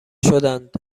شدند